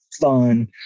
fun